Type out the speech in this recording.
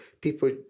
people